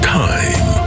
time